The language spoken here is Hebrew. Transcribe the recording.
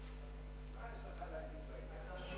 מה יש לך להגיד בעניין?